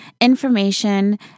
information